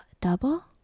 double